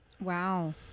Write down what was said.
Wow